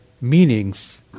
meanings